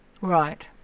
right